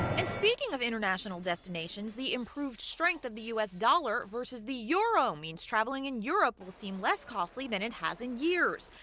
and speaking of international destinations the improved strength of the u s dollar versus the euro means traveling in europe will seem less costly than it has in years.